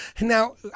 Now